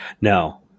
No